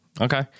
okay